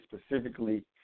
specifically